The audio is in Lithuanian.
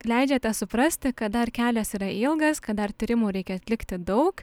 leidžiate suprasti kad dar kelias yra ilgas kad dar tyrimų reikia atlikti daug